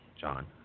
John